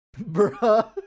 Bruh